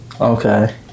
Okay